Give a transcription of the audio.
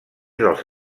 dels